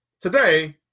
Today